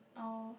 oh